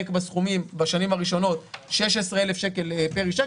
בשנים הראשונות 16,000 שקלים פר אישה,